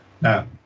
Now